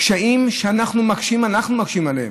קשיים שאנחנו מקשים עליהם.